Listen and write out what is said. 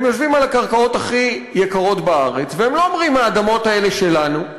הם יושבים על הקרקעות הכי יקרות בארץ והם לא אומרים: האדמות האלה שלנו.